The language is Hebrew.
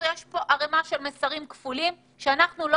יש פה ערימה של מסרים כפולים ואנחנו לא